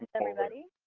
everybody.